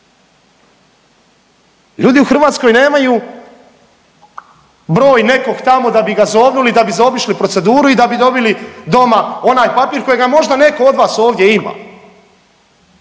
Ljudi u Hrvatskoj nemaju broj nekog tamo da bi ga zovnuli i da bi zaobišli proceduru i da bi dobili doma onaj papir kojega možda netko od vas ovdje ima.